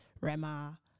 Rema